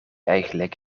eigenlijk